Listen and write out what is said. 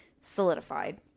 solidified